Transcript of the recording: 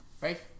right